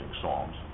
psalms